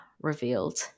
revealed